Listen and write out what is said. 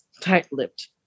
tight-lipped